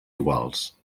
iguals